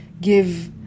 give